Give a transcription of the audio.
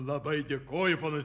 labai dėkoju ponas